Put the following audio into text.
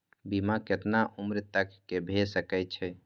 बीमा केतना उम्र तक के भे सके छै?